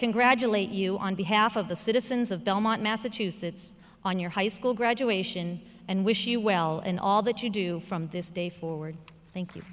congratulate you on behalf of the citizens of belmont massachusetts on your high school graduation and wish you well and all that you do from this day forward thank you